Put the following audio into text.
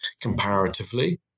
comparatively